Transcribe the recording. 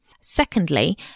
Secondly